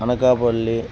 Anakapalli